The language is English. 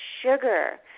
sugar